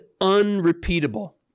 unrepeatable